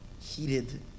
heated